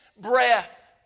breath